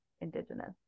indigenous